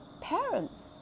parents